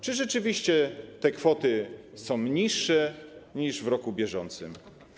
Czy rzeczywiście te kwoty są niższe niż w roku bieżącym?